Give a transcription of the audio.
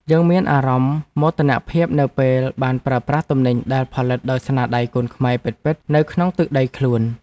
យើងមានអារម្មណ៍មោទនភាពនៅពេលបានប្រើប្រាស់ទំនិញដែលផលិតដោយស្នាដៃកូនខ្មែរពិតៗនៅក្នុងទឹកដីខ្លួន។